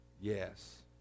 Yes